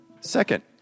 Second